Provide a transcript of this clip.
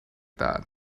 that